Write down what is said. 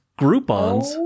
Groupons